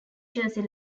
jersey